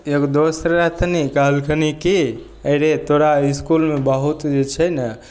एगो दोस्त रहथिन कहलखिन कि रे तोरा इसकुलमे बहुत जे छै ने